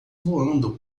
voando